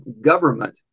government